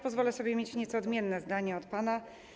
Pozwolę sobie mieć nieco odmienne zdanie od pana.